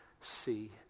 see